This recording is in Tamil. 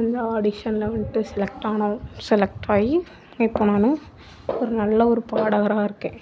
அந்த ஆடிஷனில் வந்துட்டு செலக்ட் ஆனோன் செலக்ட் ஆகி இப்போ நானும் ஒரு நல்ல ஒரு பாடகராக இருக்கேன்